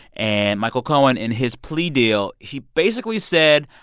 and michael cohen in his plea deal he basically said,